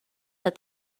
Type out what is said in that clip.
that